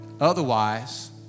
Otherwise